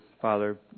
Father